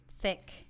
thick